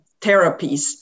therapies